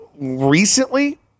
recently